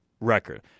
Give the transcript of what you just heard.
record